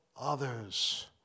others